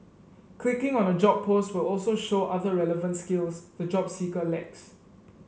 clicking on a job post will also show other relevant skills the job seeker lacks